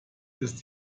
ist